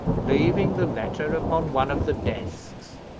leaving the letter upon one of the desks.